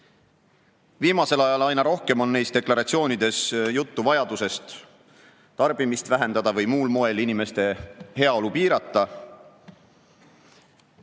Viimasel ajal aina rohkem on neis deklaratsioonides juttu vajadusest tarbimist vähendada või muul moel inimeste heaolu piirata.